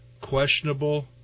questionable